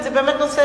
חמש שנים?